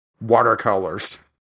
watercolors